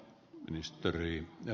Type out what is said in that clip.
arvoisa puhemies